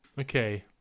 Okay